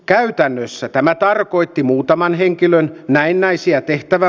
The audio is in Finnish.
käytännössä tämä tarkoitti muutaman henkilön näennäisiä tehtävä